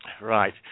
right